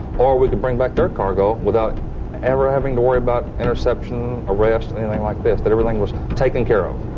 or we could bring back their cargo without ever having to worry about interception, arrest, and anything like this that everything was taken care of.